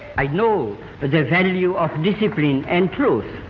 i know but the value of discipline and truth.